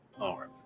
arm